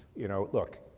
you know, look,